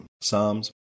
Psalms